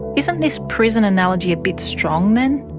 isn't this prison analogy a bit strong then?